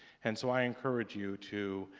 and so i encourage you to